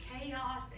chaos